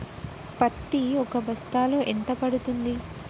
పత్తి ఒక బస్తాలో ఎంత పడ్తుంది?